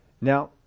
Now